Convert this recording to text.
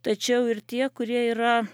tačiau ir tie kurie yra